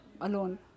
alone